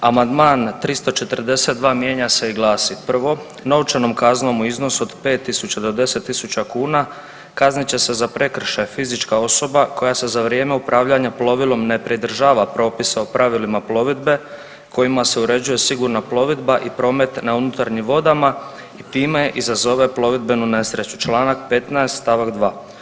Amandman 342. mijenja se i glasi: 1. Novčanom kaznom u iznosu od 5 tisuća do 10 tisuća kuna kaznit će se za prekršaj fizička osoba koja se za vrijeme upravljanja plovilom ne pridržava propisa o pravilima plovidbe kojima se uređuje sigurna plovidba i promet na unutarnjim vodama i time izazove plovidbenu nesreću, čl. 15. st. 2.